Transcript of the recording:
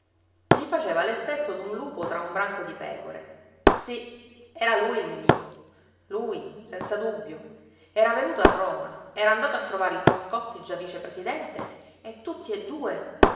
gli faceva l'effetto d'un lupo tra un branco di pecore sì era lui il nemico lui senza dubbio era venuto a roma era andato a trovare il pascotti già vicepresidente e tutti e due